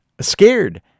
scared